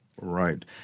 Right